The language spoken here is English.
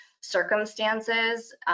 circumstances